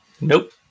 Nope